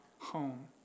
home